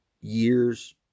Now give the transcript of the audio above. years